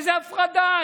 איזו הפרדה?